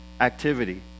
activity